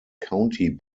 county